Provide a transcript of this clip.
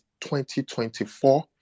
2024